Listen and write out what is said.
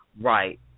Right